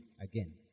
again